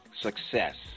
success